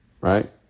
right